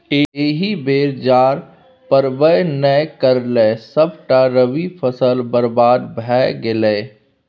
एहि बेर जाड़ पड़बै नै करलै सभटा रबी फसल बरबाद भए गेलै